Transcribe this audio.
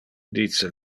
dice